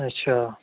अच्छा